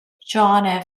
john